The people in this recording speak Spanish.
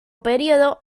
periodo